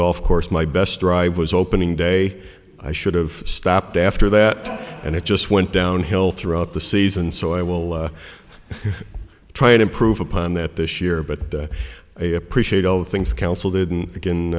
golf course my best drive was opening day i should've stopped after that and it just went downhill throughout the season so i will try and improve upon that this year but i appreciate all the things the council didn't